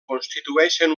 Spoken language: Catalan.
constitueixen